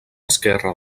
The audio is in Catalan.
esquerre